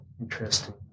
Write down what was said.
interesting